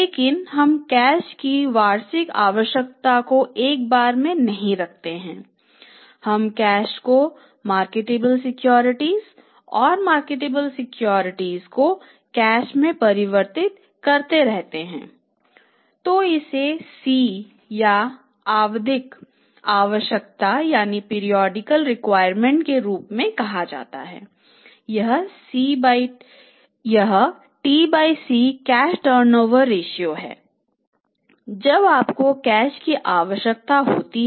लेकिन हम कैश की वार्षिक आवश्यकता को एक बार में नहीं रखते हैं हम कैश को मार्केटेबल सिक्योरिटीज बहुत अधिक होगी